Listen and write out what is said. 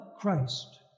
Christ